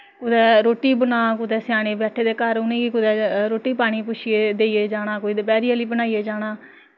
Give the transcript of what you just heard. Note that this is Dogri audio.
कुदै रुट्टी बना कुदै स्यानें बैठे दे घर उ'नें ई रुट्टी पानी पुच्छियै देइयै जाना कोई दपैह्री आह्ली बनाइयै जाना